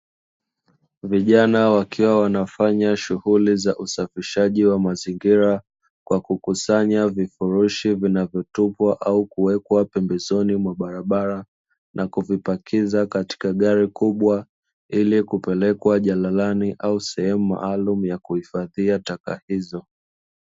Vijana wakiwa wanafanya shughuli za usafishaji wa mazingira kwa kukusanya vifurushi vinavyotupwa au kuwekwa pembezoni mwa barabara na kuvipakiza katika gali kubwa, ili kupelekwa jalalani au sehemu maalumu ya kuhifadhia taka hizo.